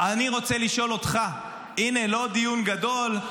אני רוצה לשאול אותך, הינה, לא דיון גדול.